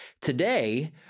Today